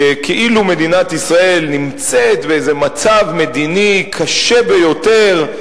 שכאילו מדינת ישראל נמצאת במצב מדיני קשה ביותר,